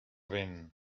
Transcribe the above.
vent